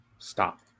Stop